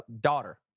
daughter